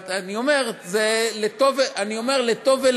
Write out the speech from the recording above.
אני אומר, זה לטוב ולרע.